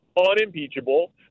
unimpeachable